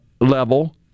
level